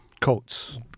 coats